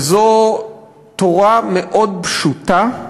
וזו תורה מאוד פשוטה,